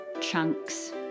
chunks